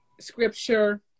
scripture